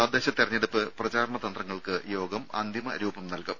തദ്ദേശ തെരഞ്ഞെടുപ്പ് പ്രചാരണ തന്ത്രങ്ങൾക്ക് യോഗം അന്തിമ രൂപം നൽകും